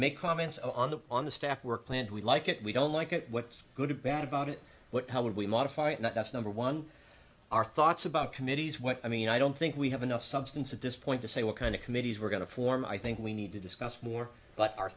make comments on the on the staff work plan we like it we don't like it what's good and bad about it but how would we modify it not that's number one our thoughts about committees what i mean i don't think we have enough substance at this point to say what kind of committees we're going to form i think we need to discuss more